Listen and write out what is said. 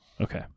Okay